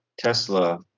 Tesla